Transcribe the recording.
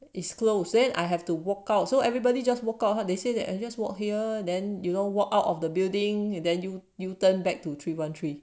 is close then I have to walk out so everybody just walk up hard they say that I just walk here then you know walk out of the building then U turn back to three one three